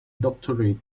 doctorate